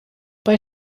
bei